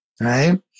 Right